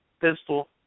pistol